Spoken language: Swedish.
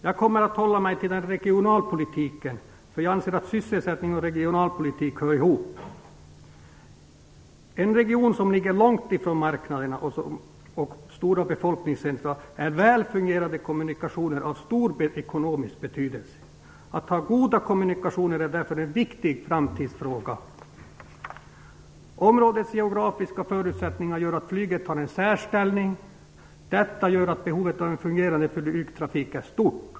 Jag kommer att hålla mig till regionalpolitiken; jag anser att sysselsättning och regionalpolitik hör ihop. För en region som ligger långt ifrån marknader och stora befolkningscentra är väl fungerande kommunikationer av stor ekonomisk betydelse. Att ha goda kommunikationer är därför en viktig framtidsfråga. Områdets geografiska förutsättningar gör att flyget har en särställning. Detta gör behovet av fungerande flygtrafik stort.